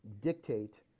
dictate